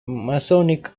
masonic